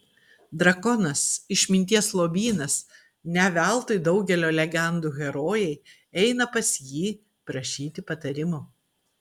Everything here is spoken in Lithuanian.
drakonas išminties lobynas ne veltui daugelio legendų herojai eina pas jį prašyti patarimo